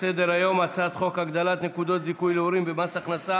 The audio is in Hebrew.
בעד הצעת חוק עבודת נשים הצביעו 13 חברי כנסת,